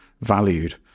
valued